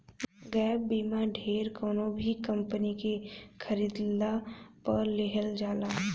gap बीमा ढेर कवनो भी कंपनी के खरीदला पअ लेहल जाला